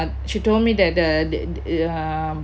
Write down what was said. she told me that the uh